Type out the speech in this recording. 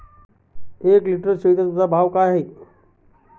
एक लिटर शेळीच्या दुधाचा भाव काय आहे?